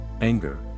anger